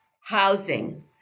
housing